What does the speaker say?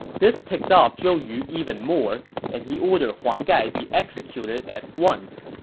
this ticked off zhou yu even more, and he ordered huang gai be executed at once.